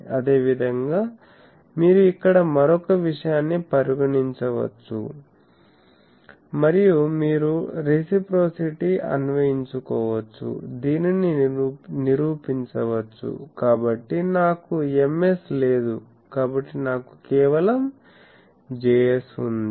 అదే విధంగా మీరు ఇక్కడ మరొక విషయాన్ని పరిగణించవచ్చు మరియు మీరు రేసీప్రోసిటీ అన్వయించుకోవచ్చు దీనిని నిరూపించవచ్చు కాబట్టి నాకు Ms లేదు కాబట్టి నాకు కేవలం Js ఉంది